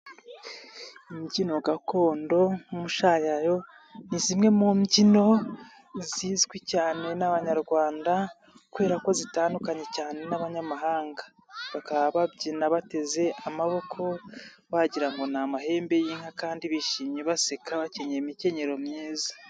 Imbyino gakondo nk'umushayayo ni zimwe mu mbyino zizwi cyane n'abanyarwanda kubera ko zitandukanye cyane n'abanyamahanga, bakaba babyina bateze amaboko wagirango n'amahembe y'inka kandi bishimye baseka bakenyeye imikenyero myiza.